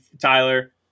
Tyler